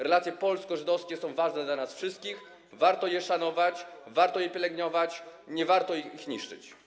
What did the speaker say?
Relacje polsko-żydowskie są ważne dla nas wszystkich, warto je szanować, warto je pielęgnować, nie warto ich niszczyć.